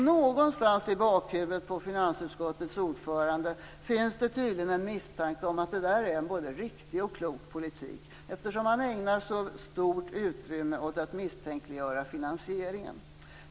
Någonstans i bakhuvudet på finansutskottets ordförande finns det tydligen en misstanke om att detta är en både riktig och klok politik, eftersom man ägnar så stort utrymme åt att misstänkliggöra finansieringen.